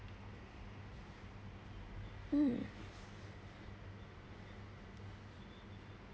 mm